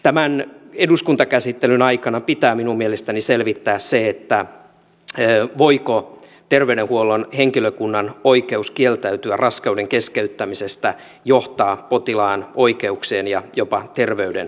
tämän eduskuntakäsittelyn aikana minun mielestäni pitää selvittää se voiko terveydenhuollon henkilökunnan oikeus kieltäytyä raskauden keskeyttämisestä johtaa potilaan oikeuksien ja jopa terveyden vaarantumiseen